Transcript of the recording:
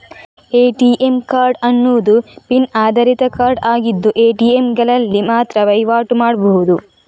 ATM card ಅನ್ನುದು PIN ಆಧಾರಿತ card ಆಗಿದ್ದು ಎ.ಟಿ.ಎಂಗಳಲ್ಲಿ ಮಾತ್ರ ವೈವಾಟು ಮಾಡ್ಬಹುದು